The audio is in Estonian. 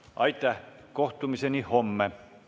Aitäh! Kohtumiseni homme!